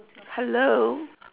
hello